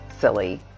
silly